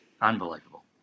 unbelievable